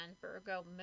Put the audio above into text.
Virgo